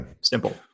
Simple